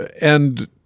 And-